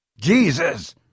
Jesus